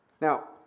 Now